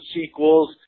sequels